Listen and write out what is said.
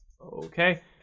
Okay